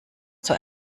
zur